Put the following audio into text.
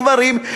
גברים,